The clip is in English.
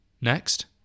Next